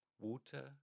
water